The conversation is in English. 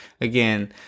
again